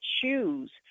choose